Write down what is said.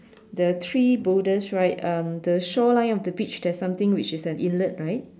the three boulders right um the shoreline of the beach there's something which is an inlet right